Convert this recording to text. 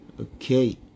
okay